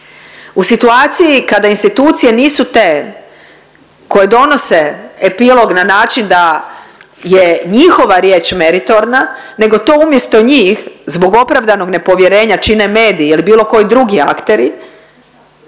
U situaciji kada institucije nisu te koje donose epilog na način da je njihova riječ meritorna nego to umjesto njih zbog opravdanog nepovjerenja čine mediji ili bilo koji drugi akteri